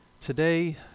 Today